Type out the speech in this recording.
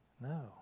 no